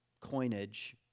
coinage